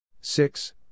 six